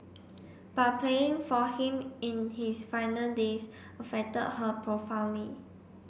but playing for him in his final days affected her profoundly